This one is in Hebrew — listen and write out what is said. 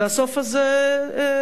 והסוף הזה יגיע: